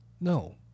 No